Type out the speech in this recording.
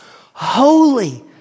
Holy